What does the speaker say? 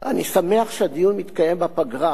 אני שמח שהדיון מתקיים בפגרה,